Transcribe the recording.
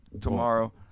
tomorrow